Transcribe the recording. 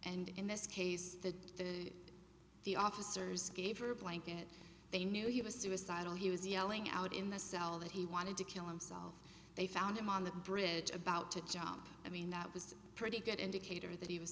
and in this case the the the officers gave her a blanket they knew he was suicidal he was yelling out in the cell that he wanted to kill himself they found him on the bridge about to job i mean that was a pretty good indicator that he was